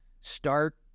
start